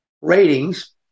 ratings